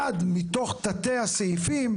אחד מתוך תתי הסעיפים,